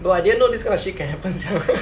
bro I didn't know this kind of shit can happen sia